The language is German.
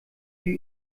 für